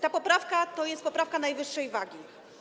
Ta poprawka to jest poprawka najwyższej wagi.